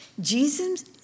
Jesus